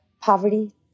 poverty